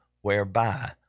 whereby